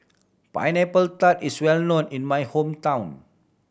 Pineapple Tart is well known in my hometown